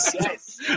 Yes